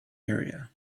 area